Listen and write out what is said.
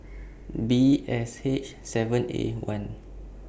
B S H seven A one